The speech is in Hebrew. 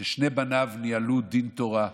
ששני בניו ניהלו דין תורה קשוח,